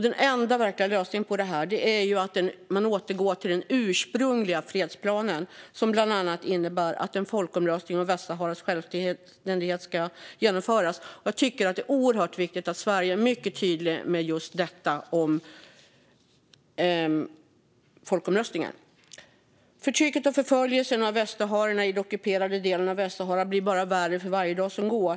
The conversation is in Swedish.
Den enda verkliga lösningen är en återgång till den ursprungliga fredsplanen, som bland annat innebär att en folkomröstning om Västsaharas självständighet ska genomföras. Jag tycker att det är oerhört viktigt att Sverige är mycket tydligt vad gäller folkomröstningen. Förtrycket och förföljelsen av västsaharierna i den ockuperade delen av Västsahara blir bara värre för varje dag som går.